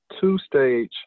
two-stage